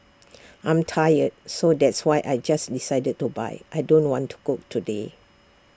I'm tired so that's why I just decided to buy I don't want to cook today